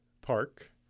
Park